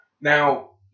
Now